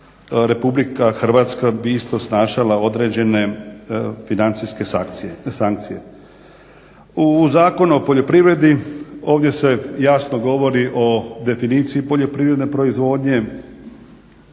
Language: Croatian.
Republika Hrvatska bi isto snašala određene financijske sankcije. U Zakonu o poljoprivredi ovdje se jasno govori o definicije poljoprivredne proizvodnje,